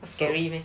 scary meh